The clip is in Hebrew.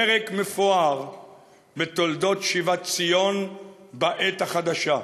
פרק מפואר בתולדות שיבת ציון בעת החדשה.